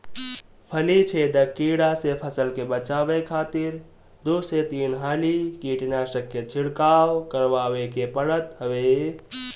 फली छेदक कीड़ा से फसल के बचावे खातिर दू से तीन हाली कीटनाशक के छिड़काव करवावे के पड़त हवे